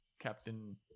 Captain